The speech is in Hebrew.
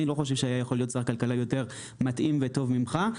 אני לא חושב שהיה יכול להיות שר כלכלה יותר מתאים וטוב ממך,